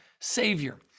Savior